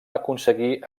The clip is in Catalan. aconseguir